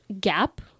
gap